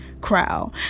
crowd